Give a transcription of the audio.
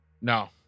No